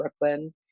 Brooklyn